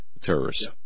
terrorists